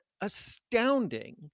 astounding